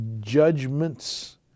judgments